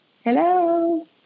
Hello